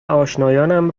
آشنایانم